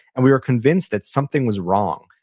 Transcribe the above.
and we were convinced that something was wrong.